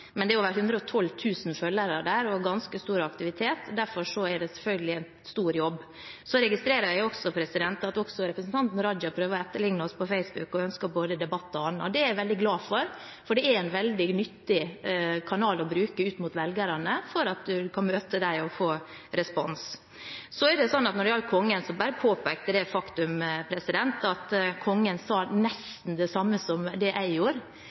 Men det er over 112 000 følgere der og ganske stor aktivitet, og derfor er det selvfølgelig en stor jobb. Så registrerer jeg også at representanten Raja prøver å etterlikne oss på Facebook og ønsker både debatt og annet. Det er jeg veldig glad for, for det er en veldig nyttig kanal å bruke ut mot velgerne for å møte dem og få respons. Når det gjelder kongen, påpekte jeg det faktum at kongen sa nesten det samme som jeg gjorde, men da kongen sa det, syntes representanten Raja det